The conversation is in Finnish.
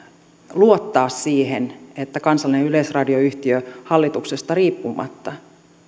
luottaa siihen että kansallinen yleisradioyhtiö hallituksesta riippumatta